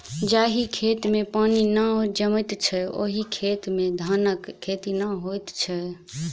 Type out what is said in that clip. जाहि खेत मे पानि नै जमैत छै, ओहि खेत मे धानक खेती नै होइत छै